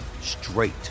straight